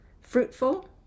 fruitful